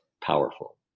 powerful